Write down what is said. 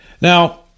Now